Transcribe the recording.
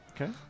Okay